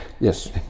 Yes